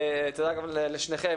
תודה גם לשניכם,